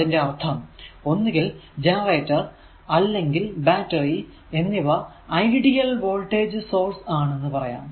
അതിന്റെ അർഥം ഒന്നുകിൽ ജനറേറ്റർ അല്ലെങ്കിൽ ബാറ്ററി എന്നിവ ഐഡിയൽ വോൾടേജ് സോഴ്സ് ആണെന്ന് പറയാം